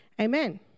amen